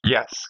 Yes